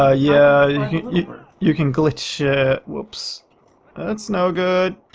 ah yeah you can glitch. wooops, that's no good.